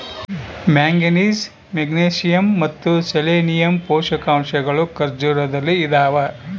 manganese magnesium ಮತ್ತು selenium ಪೋಷಕಾಂಶಗಳು ಖರ್ಜೂರದಲ್ಲಿ ಇದಾವ